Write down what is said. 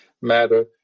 matter